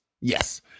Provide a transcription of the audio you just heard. Yes